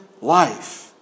life